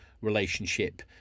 relationship